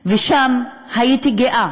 ושם הייתי גאה